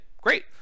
great